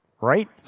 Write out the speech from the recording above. Right